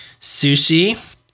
Sushi